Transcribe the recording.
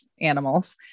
animals